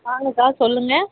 வாங்க அக்கா சொல்லுங்கள்